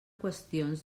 qüestions